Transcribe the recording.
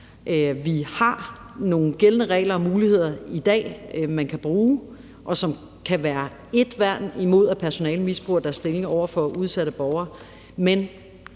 dag har nogle gældende regler og nogle muligheder, som man kan bruge, og som kan være ét værn imod, at personalet misbruger deres stilling over for udsatte borgere, men